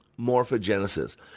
morphogenesis